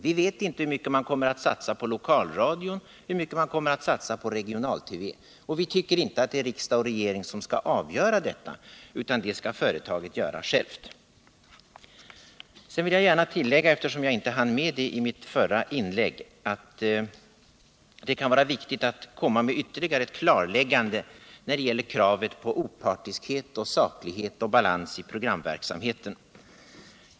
Vi vet inte hur mycket man kommer att satsa på lokalradio, hur mycket man kommer att satsa på regional-TV osv., och vi tycker inte att det är riksdag och regering som skall avgöra detta, utan det skall företaget göra självt. Sedan vill jag gärna tillägga, eftersom jag inte hann med det i mitt förra inlägg, att det kan vara viktigt att komma med ytterligare ett klarläggande när det gäller kravet på opartiskhet, saklighet och balans i programverksamheten.